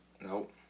Nope